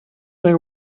they